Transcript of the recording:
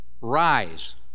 rise